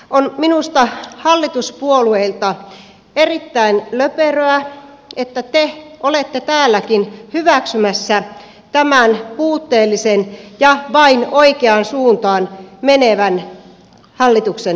on minusta hallituspuolueilta erittäin löperöä että te olette täälläkin hyväksymässä tämän puutteellisen ja vain oikeaan suuntaan menevän hallituksen esityksen